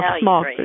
small